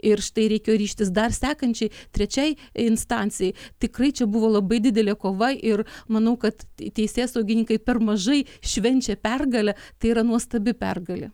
ir štai reikėjo ryžtis dar sekančiai trečiai instancijai tikrai čia buvo labai didelė kova ir manau kad teisėsaugininkai per mažai švenčia pergalę tai yra nuostabi pergalė